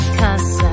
cause